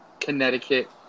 Connecticut